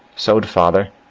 so d father.